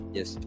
Yes